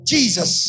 Jesus